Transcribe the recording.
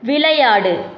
விளையாடு